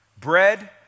Bread